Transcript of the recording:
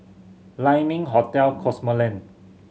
Lai Ming Hotel Cosmoland